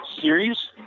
series